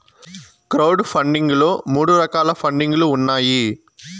crowd funding లో మూడు రకాల పండింగ్ లు ఉన్నాయి